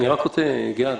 גלעד,